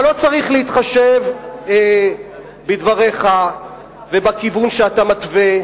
אבל לא צריך להתחשב בדבריך ובכיוון שאתה מתווה.